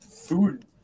food